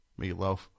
Meatloaf